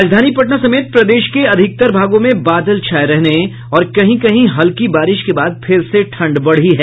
राजधानी पटना समेत प्रदेश के अधिकतर भागों में बादल छाये रहने और कहीं कहीं हल्की बारिश के बाद फिर से ठंड बढ़ी है